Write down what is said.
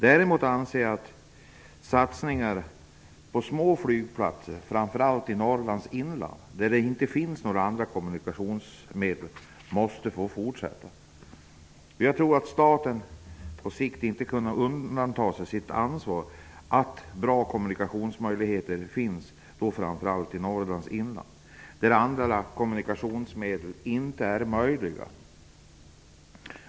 Däremot anser jag att satsningarna på små flygplatser, framför allt i Norrlands inland där det inte finns några andra kommunikationsmedel, måste få fortsätta. Jag tror att staten på sikt inte kan undandra sig sitt ansvar för att det finns bra kommunikationsmöjligheter, framför allt i Norrlands inland där andra kommunikationsmedel inte är möjliga.